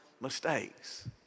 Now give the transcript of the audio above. mistakes